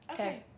Okay